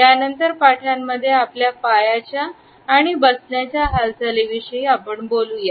यानंतर पाठांमध्ये आपल्या पायाच्या आणि बसण्याच्या हालचालीने विषयी बोलूया